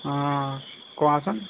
অ কোৱাচোন